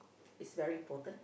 is very important